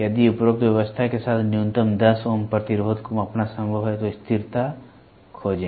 यदि उपरोक्त व्यवस्था के साथ न्यूनतम 10 ओम प्रतिरोध को मापना संभव है तो स्थिरता खोजें